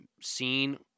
seen